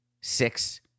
six